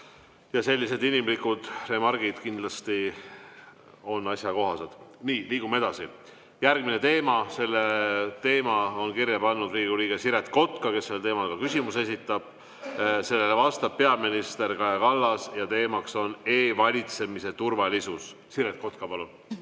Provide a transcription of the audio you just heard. Sellised inimlikud remargid kindlasti on asjakohased. Nii, liigume edasi. Järgmine teema. Selle on kirja pannud Riigikogu liige Siret Kotka, kes ka selle küsimuse esitab, vastab peaminister Kaja Kallas ja teemaks on e-valimiste turvalisus. Siret Kotka, palun!